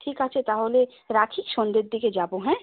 ঠিক আছে তাহলে রাখি সন্ধ্যের দিকে যাব হ্যাঁ